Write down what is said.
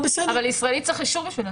אבל ישראלי צריך אישור כדי לצאת.